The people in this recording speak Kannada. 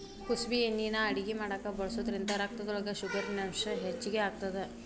ಕುಸಬಿ ಎಣ್ಣಿನಾ ಅಡಗಿ ಮಾಡಾಕ ಬಳಸೋದ್ರಿಂದ ರಕ್ತದೊಳಗ ಶುಗರಿನಂಶ ಹೆಚ್ಚಿಗಿ ಆಗತ್ತದ